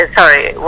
sorry